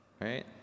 right